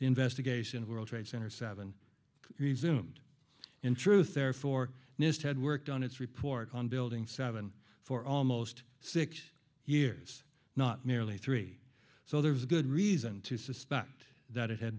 investigation of world trade center seven resumed in truth therefore nist had worked on its report on building seven for almost six years not nearly three so there is good reason to suspect that it had